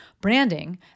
Branding